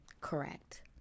Correct